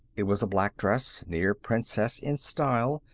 it was a black dress, near-princess in style,